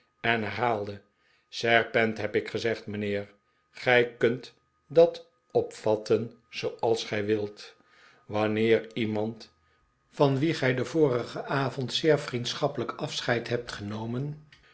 en herhaalde serpent heb ik gezegd mijnheer gij kunt dat opvatten zooals gij wilt wanneer iemand van wien gij den vorigen avond zeer vriendschappelijk afscheid hebt genomen